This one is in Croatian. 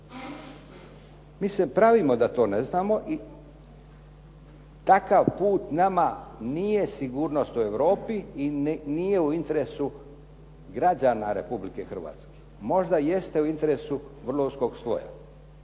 Mi se pravimo da to ne znamo i takav put nama nije sigurnost u Europi i nije u interesu građana Republike Hrvatske. Možda jeste u interesu vrlo uskog sloja.